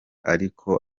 ariko